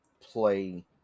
play